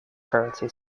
currency